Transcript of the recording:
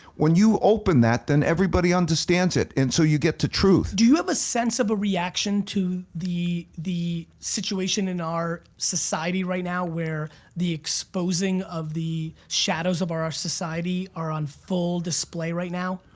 when you open that, then everybody understands it and so you get to truth. do you have a sense of a reaction to the the situation in our society right now where the exposing of the shadows of our our society are on full display right now?